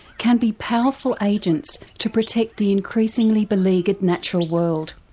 can be powerful agents to protect the increasingly beleaguered natural world.